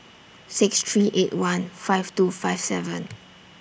six three eight one five two five seven